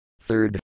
Third